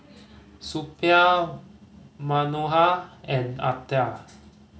Suppiah Manohar and Atal